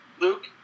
Luke